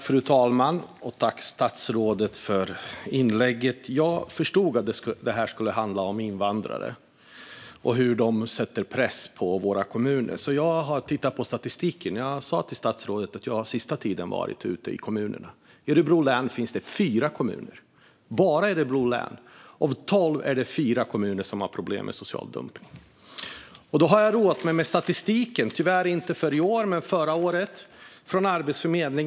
Fru talman! Jag tackar statsrådet för inlägget. Jag förstod att detta skulle handla om invandrare och hur de sätter press på våra kommuner. Jag har därför tittat på statistiken, och jag sa till statsrådet att jag på senaste tiden har varit ute i kommunerna. Bara i Örebro län är det fyra av tolv kommuner som har problem med social dumpning. Jag har roat mig med statistiken från Arbetsförmedlingen, tyvärr inte för i år men för förra året.